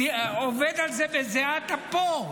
עובד עליו בזיעת אפו?